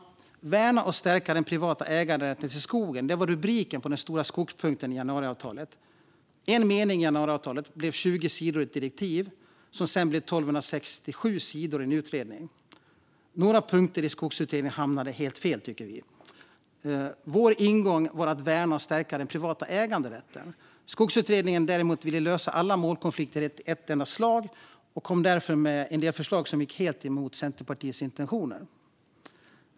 "Värna och stärk den privata äganderätten till skogen" var rubriken på den stora skogspunkten i januariavtalet. En mening i januariavtalet blev 20 sidor i ett direktiv som sedan blev 1 267 sidor i en utredning. På några punkter hamnade Skogsutredningen helt fel, tycker vi. Vår ingång var att värna och stärka den privata äganderätten. Skogsutredningen, däremot, ville lösa alla målkonflikter i ett slag, och därför kom det förslag som gick helt emot Centerpartiets intentioner.